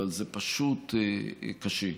אבל זה פשוט קשה.